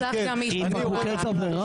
אשתי יורדת להפגנה,